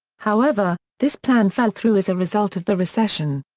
however, this plan fell through as a result of the recession.